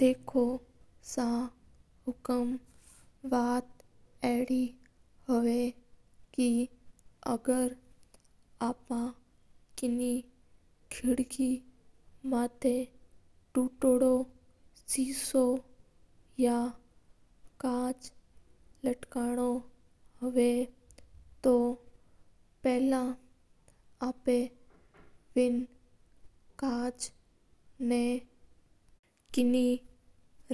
देखो सा हुक्म एडी बात हवा के आपन कोई क्रेडिट माता कचा लगव न जावा जन आपां बिन पहिला